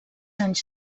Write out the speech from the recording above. anys